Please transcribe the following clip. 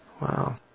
Wow